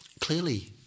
clearly